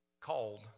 called